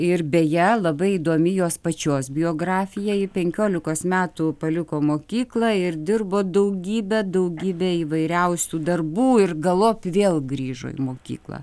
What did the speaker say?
ir beje labai įdomi jos pačios biografija ji penkiolikos metų paliko mokyklą ir dirbo daugybę daugybę įvairiausių darbų ir galop vėl grįžo į mokyklą